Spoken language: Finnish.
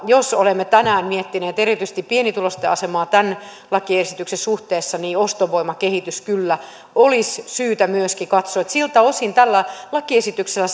jos olemme tänään miettineet erityisesti pienituloisten asemaa tämän lakiesityksen suhteessa ostovoiman kehitys kyllä olisi syytä myöskin katsoa siltä osin tällä lakiesityksellä